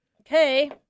Okay